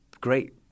great